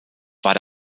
war